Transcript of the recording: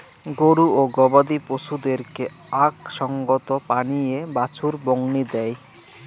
গরু ও গবাদি পছুদেরকে আক সঙ্গত পানীয়ে বাছুর বংনি দেই